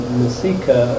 masika